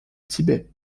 tibet